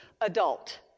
adult